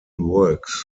works